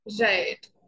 Right